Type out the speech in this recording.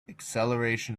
acceleration